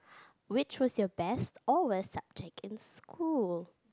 which was your best or well subject in school